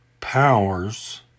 Powers